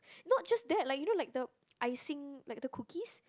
not just that like you know like the icing like the cookies